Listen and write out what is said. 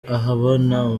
ahabona